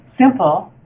simple